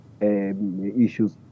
issues